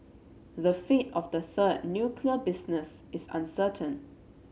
the fate of the third nuclear business is uncertain